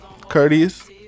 courteous